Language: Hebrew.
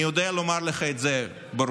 אני יודע לומר לך את זה ברוסית